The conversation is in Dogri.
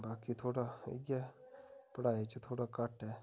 बाकी थोह्ड़ा इ'यै पढ़ाई च थोह्ड़ा घट्ट ऐ